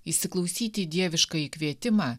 įsiklausyti į dieviškąjį kvietimą